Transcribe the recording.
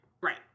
right